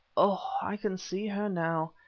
oh! i can see her now,